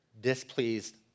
displeased